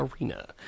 arena